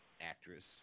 actress